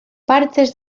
partes